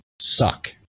suck